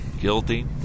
guilty